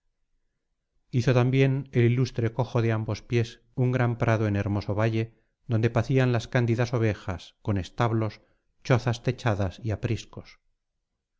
hizo también el ilustre cojo de ambos pies un gran prado en hermoso valle donde pacían las candidas ovejas con establos chozas techadas y apriscos